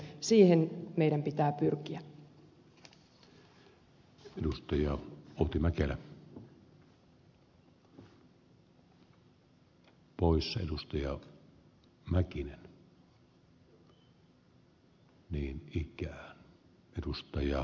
siihen meidän pitää pyrkiä